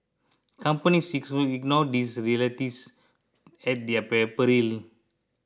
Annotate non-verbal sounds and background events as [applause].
companies [unintelligible] ignore these realities at their peril